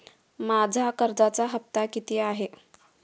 माझा कर्जाचा हफ्ता किती आहे?